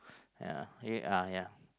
yeah uh yeah